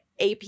AP